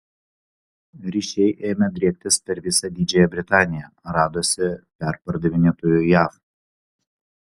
ryšiai ėmė driektis per visą didžiąją britaniją radosi perpardavinėtojų jav